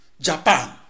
Japan